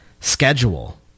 schedule